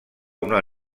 una